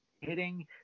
hitting